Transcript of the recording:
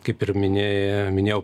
kaip ir minė minėjau